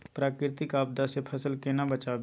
प्राकृतिक आपदा सं फसल केना बचावी?